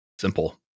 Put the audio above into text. simple